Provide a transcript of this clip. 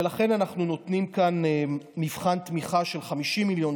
ולכן אנחנו נותנים כאן מבחן תמיכה של 50 מיליון